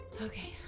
Okay